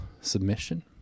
submission